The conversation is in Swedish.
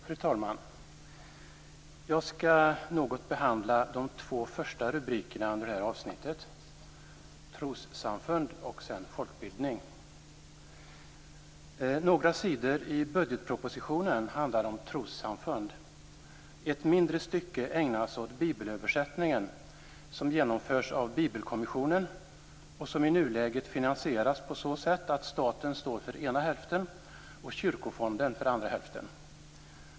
Fru talman! Jag skall något behandla de två första rubrikerna under detta avsnitt, dvs. trossamfund och sedan folkbildning. Några sidor i budgetpropositionen handlar om trossamfund. Ett mindre stycke ägnas åt bibelöversättningen, som genomförs av Bibelkommissionen och som i nuläget finansieras på så sätt att staten står för ena hälften och Kyrkofonden för andra hälften.